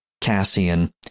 Cassian